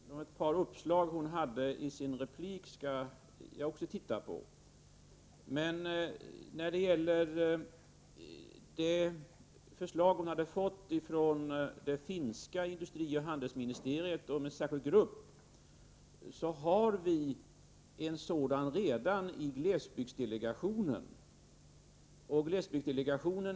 Herr talman! Anna Wohlin-Andersson framförde i sin replik ett par uppslag, och dem skall jag också titta på. Men när det gäller det förslag som hon hade fått från det finska industrioch handelsministeriet om en särskild grupp vill jag säga att vi redan har en sådan grupp, nämligen glesbygdsdelegationen.